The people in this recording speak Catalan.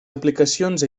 aplicacions